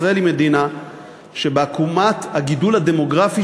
ישראל היא מדינה שבעקומת הגידול הדמוגרפי